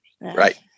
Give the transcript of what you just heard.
Right